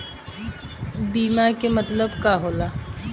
बीमा के मतलब का होला?